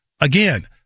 again